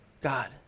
God